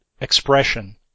expression